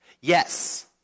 yes